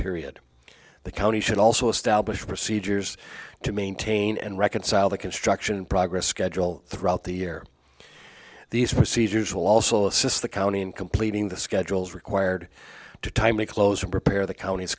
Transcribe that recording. period the county should also established procedures to maintain and reconcile the construction and progress schedule throughout the year these procedures will also assist the county in completing the schedules required to time a close or prepare the count